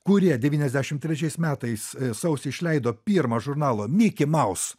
kurie devyniasdešim trečiais metais sausį išleido pirmą žurnalo miki maus